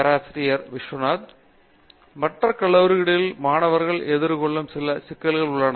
பேராசிரியர் பாபு விஸ்வநாத் மற்ற கல்லூரிகளிலிருந்த மாணவர்கள் எதிர்கொள்ளும் பல சிக்கல்கள் உள்ளன